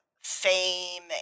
fame